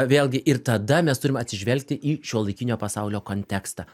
vėlgi ir tada mes turim atsižvelgti į šiuolaikinio pasaulio kontekstą